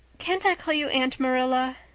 can't i call you aunt marilla?